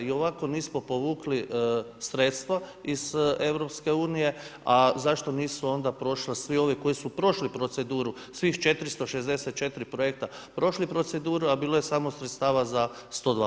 I ovako nismo povukli sredstva iz EU, a zašto nisu onda prošli svi ovi koji su prošli proceduru svih 464 projekta prošli proceduru, a bilo je samo sredstava za 102 projekta.